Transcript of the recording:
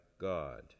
God